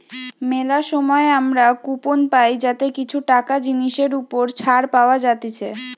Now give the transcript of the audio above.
মেলা সময় আমরা কুপন পাই যাতে কিছু টাকা জিনিসের ওপর ছাড় পাওয়া যাতিছে